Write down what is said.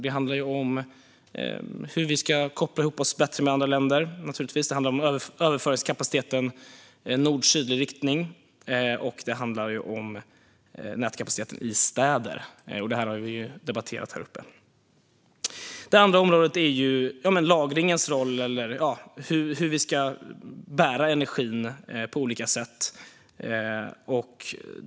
Det handlar om hur vi ska koppla ihop oss bättre med andra länder, om överföringskapaciteten i nord-sydlig riktning och om nätkapaciteten i städer. Detta har vi debatterat. Det andra området är lagringens roll eller hur vi ska bära energin på olika sätt.